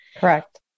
Correct